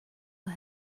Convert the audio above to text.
our